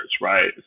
right